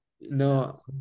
no